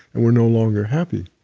and we're no longer happy,